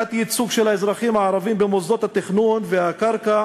תת-ייצוג של האזרחים הערבים במוסדות התכנון והקרקע